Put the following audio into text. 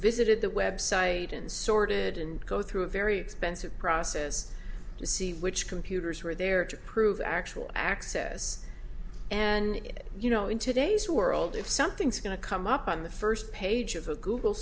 visited the website and sorted and go through a very expensive process to see which computers were there to prove actual access and you know in today's world if something's going to come up on the first page of a google